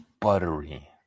buttery